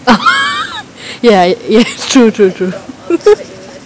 ya ya true true true